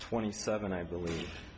twenty seven i believe